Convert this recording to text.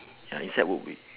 ya inside would be